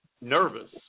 nervous